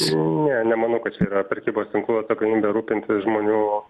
ne nemanau kad čia yra prekybos tinklų atsakomybė rūpintis žmonių